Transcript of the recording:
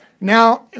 now